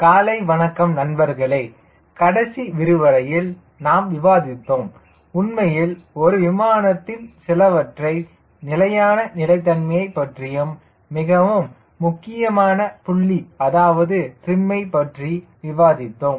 காலை வணக்கம் நண்பர்களே கடைசி விரிவுரையில் நாம் விவாதித்தோம் உண்மையில் ஒரு விமானத்தின் சிலவற்றை நிலையான நிலைத்தன்மையை பற்றியும் மற்றும் மிகவும் முக்கியமான புள்ளி அதாவது டிரிம் பற்றி விவாதித்தோம்